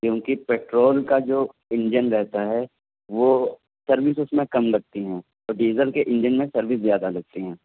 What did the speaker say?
کیونکہ پیٹرول کا جو انجن رہتا ہے وہ سروس اس میں کم لگتی ہیں اور ڈیزل کے انجن میں سروس زیادہ لگتی ہیں